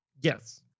Yes